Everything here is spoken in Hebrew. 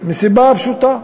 מסיבה פשוטה,